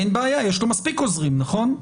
אין בעיה, יש לו מספיק עוזרים, נכון?